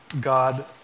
God